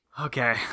Okay